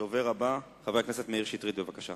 הדובר הבא, חבר הכנסת מאיר שטרית, בבקשה.